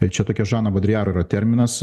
čia tokia žano bodrijar yra terminas